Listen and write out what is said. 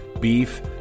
Beef